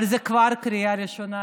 אבל זה כבר קריאה ראשונה,